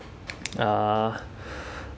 uh